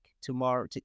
tomorrow